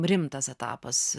rimtas etapas